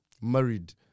married